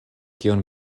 kion